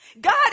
God